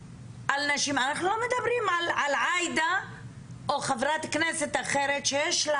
אנחנו לא מדברים על עאידה או חברת כנסת אחרת שיש לה